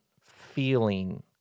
feeling